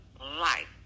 life